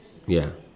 ya